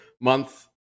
month